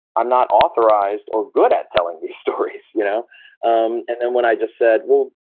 i'm not authorized or good at telling these stories. you know um and then when i just said, well,